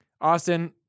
Austin